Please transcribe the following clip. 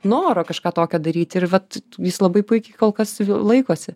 noro kažką tokio daryti ir vat jis labai puikiai kol kas laikosi